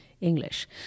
English